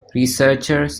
researchers